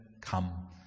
come